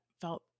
felt